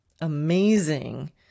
amazing